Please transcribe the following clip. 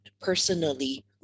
personally